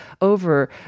over